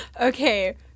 Okay